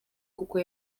kuko